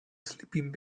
sleeping